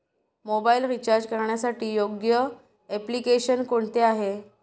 Mobile recharge करण्यासाठी योग्य application कोणते आहे?